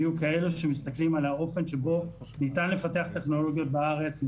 יהיו כאלה שמסתכלים על האופן שבו ניתן לפתח טכנולוגיות בארץ,